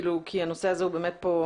כי הנושא הזה הוא באמת פה,